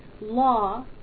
law